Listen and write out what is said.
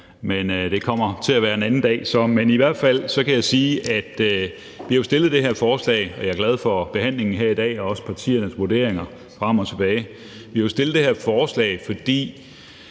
men det kommer så til at være en anden dag. I hvert fald kan jeg sige, at vi har fremsat det her forslag – og jeg er glad for behandlingen her i dag og også partiernes vurderinger – fordi et svar, vi har fået i Folketinget,